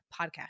podcast